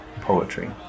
poetry